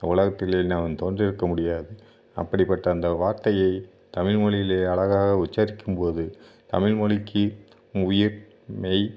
இந்த உலகத்திலே நாம் தோன்றி இருக்க முடியாது அப்படிப்பட்ட அந்த வார்த்தையை தமிழ்மொழியிலே அழகாக உச்சரிக்கும் போது தமிழ்மொழிக்கு உயிர் மெய்